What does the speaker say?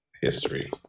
history